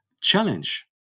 challenge